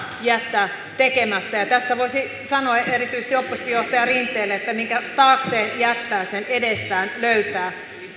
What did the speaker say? jättää tekemättä ja tässä voisi sanoa erityisesti oppositiojohtaja rinteelle että minkä taakseen jättää sen edestään löytää